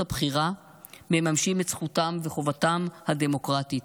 הבחירה מממשים את זכותם וחובתם הדמוקרטית.